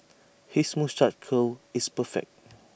his moustache curl is perfect